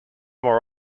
more